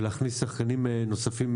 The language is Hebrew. ולהכניס שחקנים נוספים,